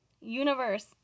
Universe